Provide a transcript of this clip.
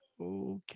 okay